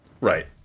right